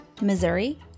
Missouri